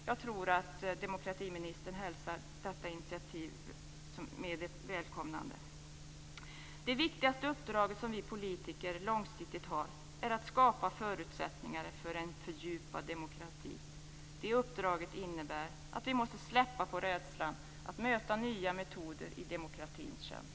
Jag tror att demokratiministern välkomnar ett sådant här initiativ. Det viktigaste uppdrag som vi politiker långsiktigt har är att skapa förutsättningar för en fördjupad demokrati. Det uppdraget innebär att vi måste släppa på rädslan för att möta nya metoder i demokratins tjänst.